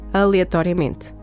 aleatoriamente